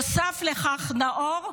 נוסף לכך, נאור,